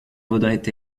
vaudrait